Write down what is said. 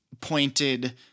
pointed